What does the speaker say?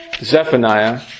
Zephaniah